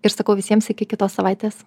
ir sakau visiems iki kitos savaitės